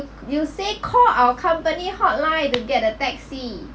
you you say call our company hotline to get a taxi